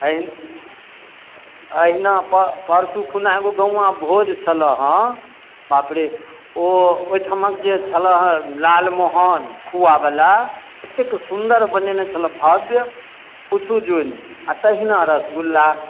एहि एहिना पर परसू खुना एगो गाॅंवा भोज छलए हँ बापरे ओ ओहिठामक जे छलए हँ लालमोहन खुआ बला ततेक सुन्दर बनेने छलए हँ भब्य पुछू जुनि आ तहिना रसगुल्ला